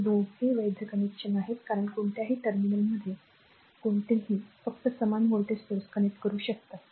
हे दोघे वैध कनेक्शन आहेत कारण कोणत्याही टर्मिनलमध्ये कोणतेही फक्त समान व्होल्टेज स्त्रोत कनेक्ट करू शकतात